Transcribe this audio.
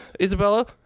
Isabella